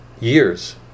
years